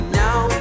now